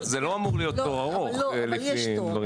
זה לא אמור להיות תור ארוך לפי הדברים.